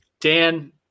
Dan